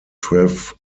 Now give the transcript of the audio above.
twelve